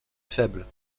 faible